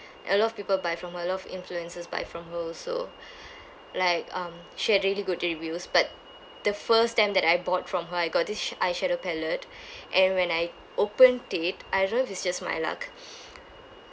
a lot of people buy from her a lot of influencers buy from her also like um she had really good reviews but the first time that I bought from her I got this sh~ eyeshadow palette and when I opened it I don't know if it is just my luck